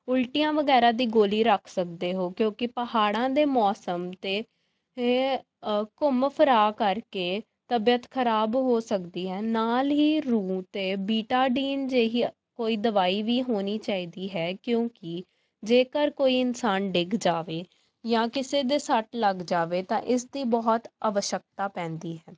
ਉਲਟੀਆਂ ਵਗੈਰਾ ਦੀ ਗੋਲੀ ਰੱਖ ਸਕਦੇ ਹੋ ਕਿਉਂਕਿ ਪਹਾੜਾਂ ਦੇ ਮੌਸਮ ਤੇ ਘੁੰਮ ਫਿਰਾ ਕਰਕੇ ਤਬੀਅਤ ਖਰਾਬ ਹੋ ਸਕਦੀ ਹੈ ਨਾਲ ਹੀ ਰੂੰ ਅਤੇ ਬੀਟਾਡੀਨ ਜਿਹੀ ਕੋਈ ਦਵਾਈ ਵੀ ਹੋਣੀ ਚਾਹੀਦੀ ਹੈ ਕਿਉਂਕਿ ਜੇਕਰ ਕੋਈ ਇਨਸਾਨ ਡਿੱਗ ਜਾਵੇ ਜਾਂ ਕਿਸੇ ਦੇ ਸੱਟ ਲੱਗ ਜਾਵੇ ਤਾਂ ਇਸ ਦੀ ਬਹੁਤ ਅਵਸ਼ਕਤਾ ਪੈਂਦੀ ਹੈ